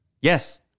Yes